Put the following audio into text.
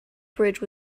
bridge